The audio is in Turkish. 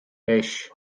beş